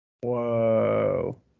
whoa